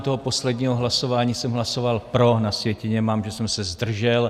U toho posledního hlasování jsem hlasoval pro, na sjetině mám, že jsem se zdržel.